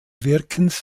wirkens